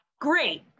great